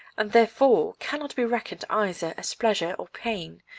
and therefore cannot be reckoned either as pleasure or pain,